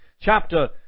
chapter